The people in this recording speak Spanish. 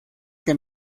que